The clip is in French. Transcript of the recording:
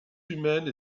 humaine